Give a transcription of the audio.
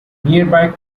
nearby